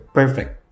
perfect